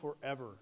forever